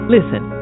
Listen